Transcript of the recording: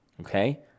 Okay